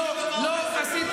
אז אני לא נגעתי בזה.